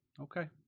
Okay